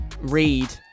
read